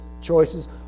choices